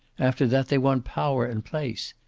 after that they want power and place.